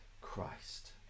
Christ